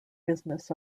business